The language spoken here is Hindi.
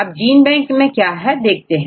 अब जीन बैंक क्या है देखते हैं